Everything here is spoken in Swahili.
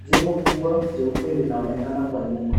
Jengo kubwa jeupe linaonekana kwa nyuma.